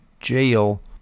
jail